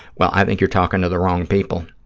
well, i think you're talking to the wrong people,